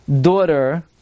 daughter